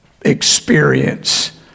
experience